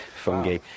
fungi